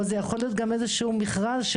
או כדי ליידע באיזה שהוא מכרז.